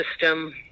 system